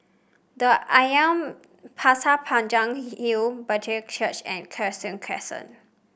the Ashram Pasir Panjang Hill Brethren Church and Cheng Soon Crescent